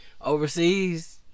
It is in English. overseas